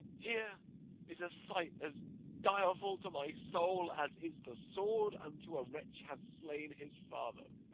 here is a sight as direful to my soul as is the sword unto a wretch hath slain his father.